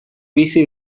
bizi